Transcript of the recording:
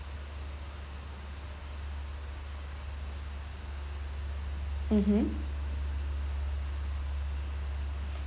mmhmm